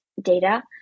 data